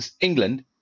England